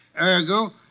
Ergo